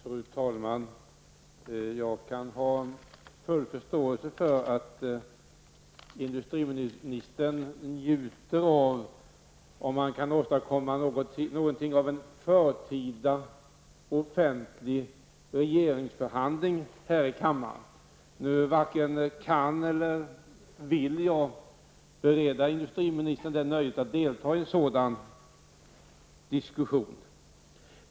Fru talman! Jag kan ha full förståelse för att industriministern njuter om han kan åstadkomma någonting av en förtida offentlig regeringsförhandling här i kammaren. Nu varken kan eller vill jag bereda industriministern det nöjet att delta i en sådan diskussion.